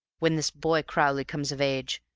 when this boy crowley comes of age,